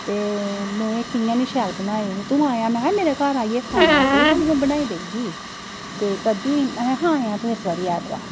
ते में कि'यां नि शैल बनाए न तूं आयां महैं मेरै घर आइयै खायां सेही तुगी नें बनाई देगी ते करदी महैं आयां तू इस बारी ऐतबार